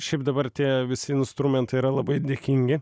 šiaip dabar tie visi instrumentai yra labai dėkingi